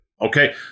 Okay